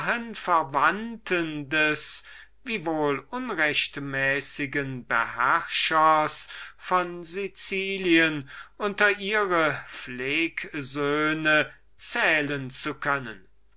verwandten des wiewohl unrechtmäßigen beherrschers von sicilien unter ihre pflegsöhne zählen zu können